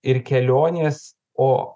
ir kelionės o